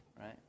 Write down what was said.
right